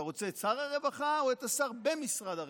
אתה רוצה את שר הרווחה או את השר במשרד הרווחה?